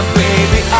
baby